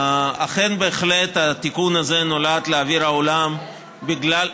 אכן, בהחלט, התיקון הזה נולד לאוויר העולם בגלל,